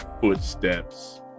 footsteps